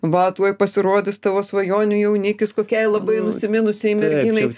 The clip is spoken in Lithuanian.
va tuoj pasirodys tavo svajonių jaunikis kokiai labai nusiminusiai merginai